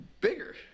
Bigger